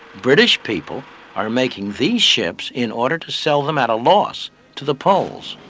british people are making these ships in order to sell them at a loss to the poles.